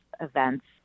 events